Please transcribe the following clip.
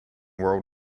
world